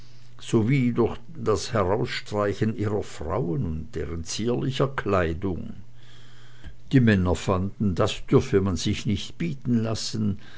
sowie durch das herausstreichen ihrer frauen und deren zierlicher kleidung die männer fanden das dürfe man sich nicht bieten lassen